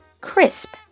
crisp